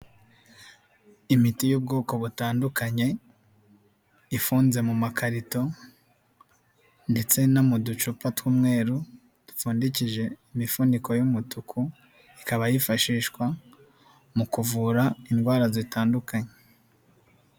Imiti y'ubwoko butandukanye ifunze mu makarito ndetse no mu ducupa tw'umweru dupfundikije imifuniko y'umutuku, ikaba yifashishwa mu kuvura indwara zitandukanye.